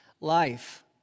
life